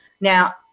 Now